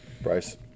Bryce